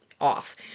off